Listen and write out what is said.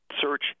search